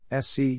SC